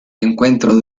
encuentro